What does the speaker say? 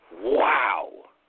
wow